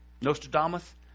Nostradamus